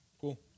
cool